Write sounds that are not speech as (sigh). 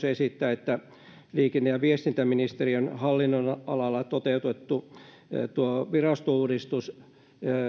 (unintelligible) esittää että liikenne ja viestintäministeriön hallinnonalalla toteutettu virastouudistus